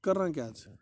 کَران کیٛاہ ژٕ